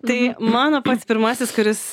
tai mano pats pirmasis kuris